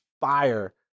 fire